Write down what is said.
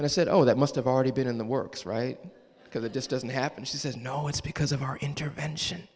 and i said oh that must have already been in the works right because it just doesn't happen she says no it's because of our intervention